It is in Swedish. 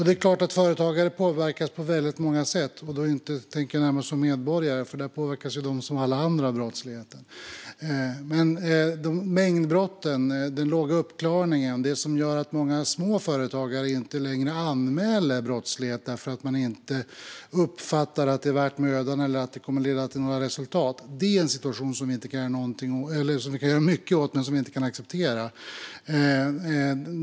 Det är klart att företagare påverkas på väldigt många sätt. Då tänker jag närmast som medborgare, eftersom de påverkas som alla andra av brottsligheten. Mängdbrotten och den låga uppklaringen gör att många små företagare inte längre anmäler brottslighet eftersom de inte uppfattar att det är värt mödan eller kommer att leda till några resultat. Det är en situation som vi kan göra mycket åt och som vi inte kan acceptera.